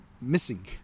missing